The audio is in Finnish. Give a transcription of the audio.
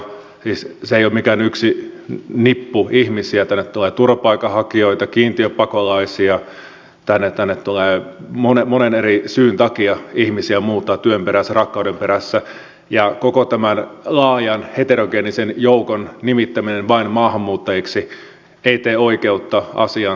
siis se ei ole mikään yksi nippu ihmisiä tänne tulee turvapaikanhakijoita kiintiöpakolaisia tänne tullaan monen eri syyn takia ihmisiä muuttaa työn perässä rakkauden perässä ja koko tämän laajan heterogeenisen joukon nimittäminen vain maahanmuuttajiksi ei tee oikeutta asian todelliselle laidalle